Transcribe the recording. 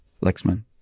Lexman